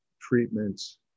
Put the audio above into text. treatments